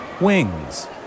wings